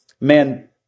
man